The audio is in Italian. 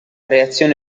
reazione